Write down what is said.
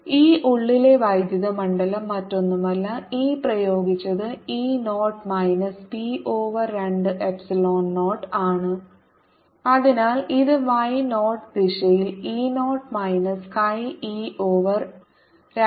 E ഉള്ളിലെ വൈദ്യുത മണ്ഡലം മറ്റൊന്നുമല്ല E പ്രയോഗിച്ചത് ഇ 0 മൈനസ് p ഓവർ 2 എപ്സിലോൺ 0 ആണ് അതിനാൽ ഇത് y 0 ദിശയിൽ E 0 minus chi e over 2 plus chi e E 0 ആയിരിക്കും